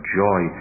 joy